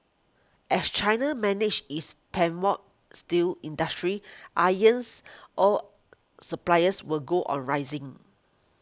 as China manages its steel industry irons ore supplies will go on rising